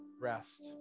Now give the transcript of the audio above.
rest